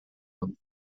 them